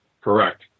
Correct